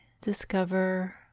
discover